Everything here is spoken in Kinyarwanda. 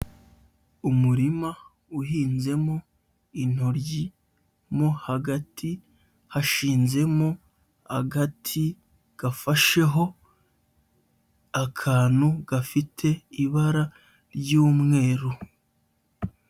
Umurima uhinzemo intoryi, mo hagati hashinzemo agati gafasheho akantu gafite ibara ry'umweru.